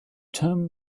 term